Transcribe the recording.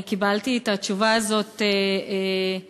אני קיבלתי את התשובה הזאת בכתב,